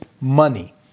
money